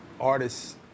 artists